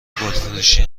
فروشی